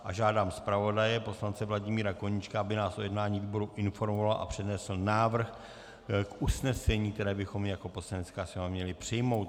A žádám zpravodaje poslance Vladimíra Koníčka, aby nás o jednání výboru informoval a přednesl návrh usnesení, které bychom my jako Poslanecká sněmovna měli přijmout.